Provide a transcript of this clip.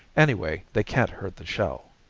anyway they can't hurt the shell.